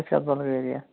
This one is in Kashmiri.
اَچھا بٕلگیرِیا